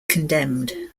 condemned